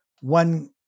one